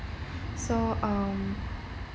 so um